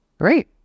great